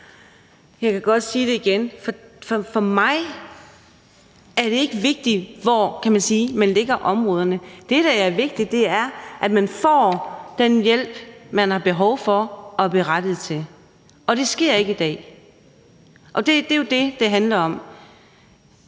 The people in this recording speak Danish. Jeg kan godt sige det igen. For mig er det ikke vigtigt, hvor man lægger områderne. Det, der er vigtigt, er, at man får den hjælp, man har behov for og er berettiget til, og det sker ikke i dag. Det er jo det, der handler om.